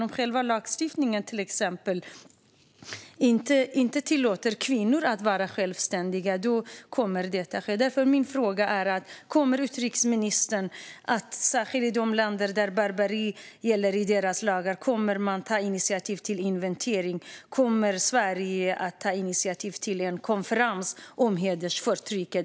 Om själva lagstiftningen till exempel inte tillåter kvinnor att vara självständiga kommer det inte att fungera. Mina frågor är därför: Kommer utrikesministern att ta initiativ till inventering, särskilt när det gäller länder med barbariska lagar? Kommer Sverige att i FN ta initiativ till en konferens om hedersförtrycket?